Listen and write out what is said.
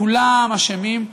כולם אשמים.